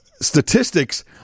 statistics